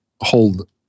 hold